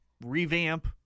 revamp